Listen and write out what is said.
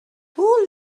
who